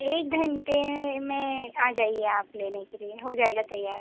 एक घंटे में आ जाइए आप लेने के लिए हो जाएगा तैयार